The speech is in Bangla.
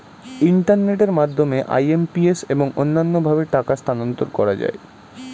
ইন্টারনেটের মাধ্যমে আই.এম.পি.এস এবং অন্যান্য ভাবে টাকা স্থানান্তর করা যায়